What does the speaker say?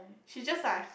she just like